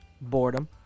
Boredom